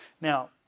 Now